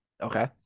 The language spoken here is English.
Okay